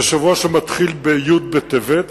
זה שבוע שמתחיל בי' בטבת,